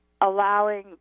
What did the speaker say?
allowing